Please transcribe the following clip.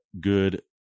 good